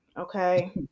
Okay